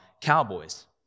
cowboys